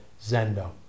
Zendo